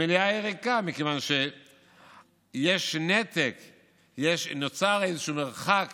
המליאה ריקה מכיוון שיש נתק, נוצר איזשהו מרחק